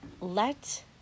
let